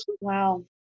Wow